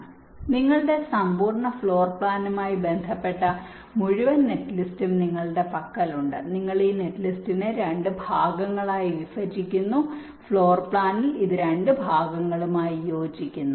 അതിനാൽ നിങ്ങളുടെ സമ്പൂർണ്ണ ഫ്ലോർ പ്ലാനുമായി ബന്ധപ്പെട്ട മുഴുവൻ നെറ്റ്ലിസ്റ്റും നിങ്ങളുടെ പക്കലുണ്ട് നിങ്ങൾ ഈ നെറ്റ്ലിസ്റ്റിനെ രണ്ട് ഭാഗങ്ങളായി വിഭജിക്കുന്നു ഫ്ലോർ പ്ലാനിൽ ഇത് രണ്ട് ഭാഗങ്ങളുമായി യോജിക്കുന്നു